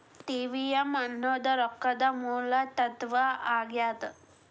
TVM ಅನ್ನೋದ್ ರೊಕ್ಕದ ಮೂಲ ತತ್ವ ಆಗ್ಯಾದ